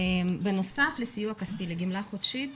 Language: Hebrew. בנוסף לסיוע כספי לגמלה חודשית,